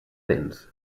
dents